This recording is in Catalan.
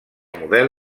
model